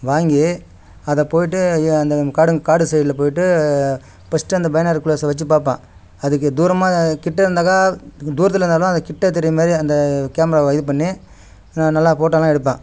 வாங்கி அதை போய்ட்டு அந்த காடு காடு சைடில் போய்ட்டு பஸ்ட்டு அந்த பைனார்குலர்ஸை வெச்சுப் பாப்பேன் அதுக்கு தூரமாக கிட்டே இருந்தாக்கா தூரத்தில் இருந்தால் தான் அது கிட்டே தெரிகிற மாதிரி அந்த கேமராவை இது பண்ணி நான் நல்லா போட்டோலாம் எடுப்பேன்